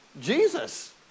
Jesus